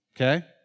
Okay